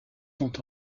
sont